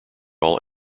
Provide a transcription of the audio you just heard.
all